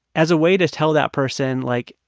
as a way to tell that person like,